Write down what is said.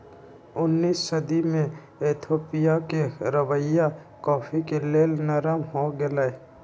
उनइस सदी में इथोपिया के रवैया कॉफ़ी के लेल नरम हो गेलइ